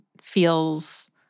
feels